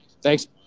Thanks